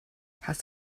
hast